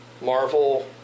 Marvel